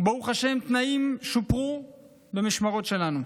וברוך השם, התנאים שופרו במשמרות שלנו.